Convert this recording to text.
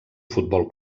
futbol